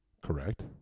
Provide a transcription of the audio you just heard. Correct